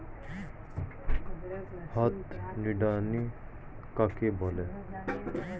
হাত নিড়ানি কাকে বলে?